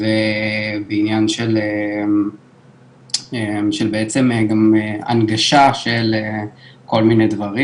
ובעניין של בעצם גם הנגשה של כל מיני דברים,